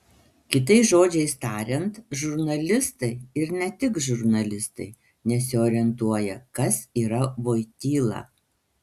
kitais žodžiais tariant žurnalistai ir ne tik žurnalistai nesiorientuoja kas yra voityla